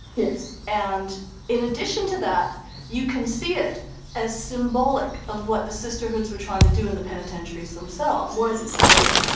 yes. and in addition to that you can see it as symbolic of what the sisterhoods were trying to do in the penitentiaries themselves. why was it symbolic?